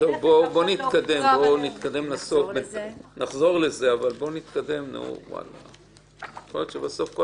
העבירות של אלימות ומין כנגד קטינים הן עבירות שהגילוי